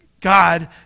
God